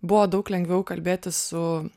buvo daug lengviau kalbėtis su